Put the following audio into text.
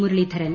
Muraleedharan